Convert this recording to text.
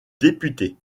député